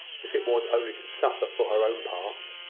if it was only to suffer for her own part,